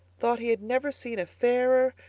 thought he had never seen a fairer,